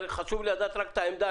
חשוב לי לדעת רק את העמדה,